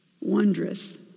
wondrous